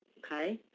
okay.